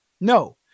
No